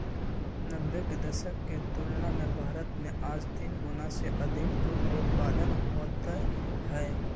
नब्बे के दशक के तुलना में भारत में आज तीन गुणा से अधिक दूध उत्पादन होते हई